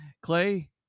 Clay